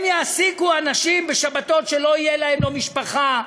הם יעסיקו אנשים בשבתות שלא יהיו להם לא משפחה,